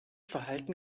verhalten